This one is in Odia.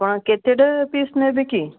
ଆପଣ କେତେଟା ପିସ୍ ନେବେ କି